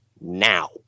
now